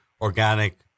organic